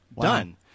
done